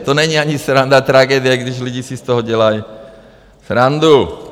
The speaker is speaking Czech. To není ani sranda tragédie, když lidé si z toho dělají srandu.